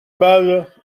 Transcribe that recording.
balle